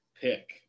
pick